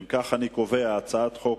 אם כך אני קובע, הצעת חוק